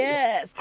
Yes